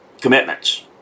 commitments